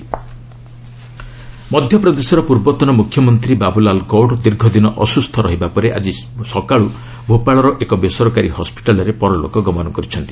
PM Babu Lal Gaur ମଧ୍ୟପ୍ରଦେଶର ପୂର୍ବତନ ମୁଖ୍ୟମନ୍ତ୍ରୀ ବାବୁଲାଲ୍ ଗୌଡ଼୍ ଦୀର୍ଘଦିନ ଅସୁସ୍ଥ ରହିବା ପରେ ଆଜି ସକାଳୁ ଭୋପାଳର ଏକ ବେସରକାରୀ ହସ୍କିଟାଲ୍ରେ ପରଲୋକ ଗମନ କରିଛନ୍ତି